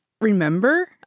remember